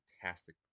fantastic